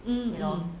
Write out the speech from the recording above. mmhmm